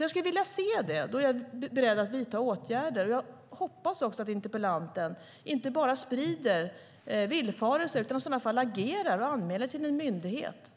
Jag skulle vilja se det. Då är jag beredd att vidta åtgärder. Jag hoppas också att interpellanten inte bara sprider villfarelser utan i sådana fall agerar och anmäler till en myndighet,